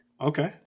Okay